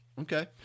Okay